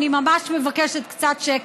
אני ממש מבקשת קצת שקט.